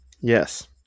Yes